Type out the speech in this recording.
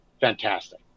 fantastic